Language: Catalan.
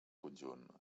conjunt